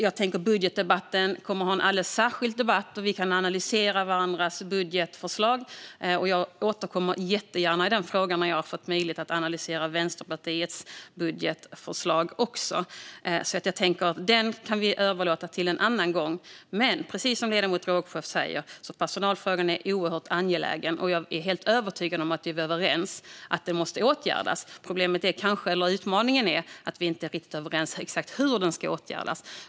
Jag tänker att budgetdebatten kommer att vara en särskild debatt och att vi där kan analysera varandras budgetförslag. Jag återkommer jättegärna i frågan när jag haft möjlighet att analysera Vänsterpartiets budgetförslag. Därför tänker jag att vi kan vänta med den debatten till en annan gång. Men precis som ledamot Rågsjö säger är personalfrågan angelägen. Jag är helt övertygad om att vi är överens om att den måste åtgärdas. Utmaningen är att vi inte är riktigt överens om exakt hur den ska åtgärdas.